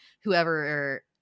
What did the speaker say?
whoever